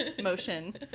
motion